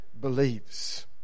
believes